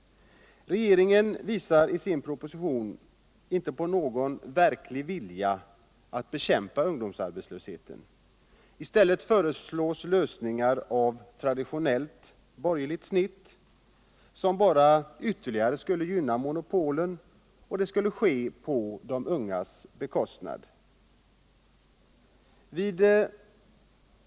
Regeringen visar i sin proposition inte någon verklig vilja att bekämpa ungdomsarbetslösheten. I stället föreslås lösningar av traditionellt borgerligt snitt, som bara ytterligare skulle gynna monopolen. Och det skulle ske på de ungas bekostnad.